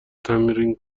تمرین